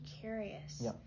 curious